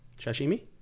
Sashimi